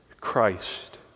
Christ